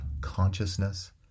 consciousness